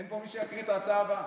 אין מי שיקריא את ההצעה הבאה.